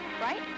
right